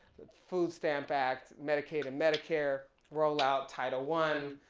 food stamp act, medicaid and medicare, rollout title one,